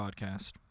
Podcast